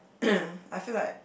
I feel like